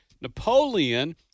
Napoleon